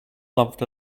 loved